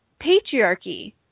patriarchy